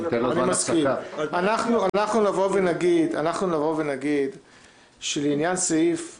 אנחנו נבוא ונגיד שלעניין סעיף 1ג'